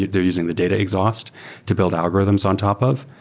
they're using the data exhaust to build algorithms on top of.